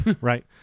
right